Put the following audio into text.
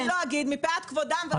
אני לא אגיד מפאת כבודם.